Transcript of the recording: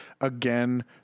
again